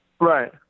Right